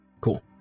Cool